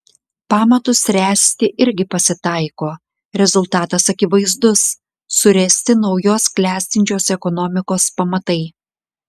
pamatus ręsti irgi pasitaiko rezultatas akivaizdus suręsti naujos klestinčios ekonomikos pamatai